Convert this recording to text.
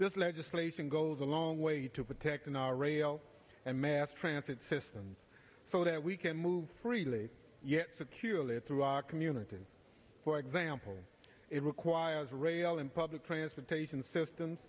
this legislation goes a long way to protecting our rail and mass transit systems so that we can move freely yet securely through our community for example it requires rail and public transportation systems